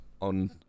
on